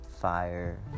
fire